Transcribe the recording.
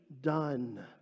done